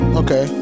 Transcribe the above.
okay